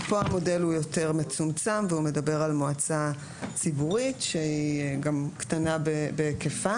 פה המודל הוא יותר מצומצם והוא מדבר על מועצה ציבורית שהיא גם קטנה בהיקפה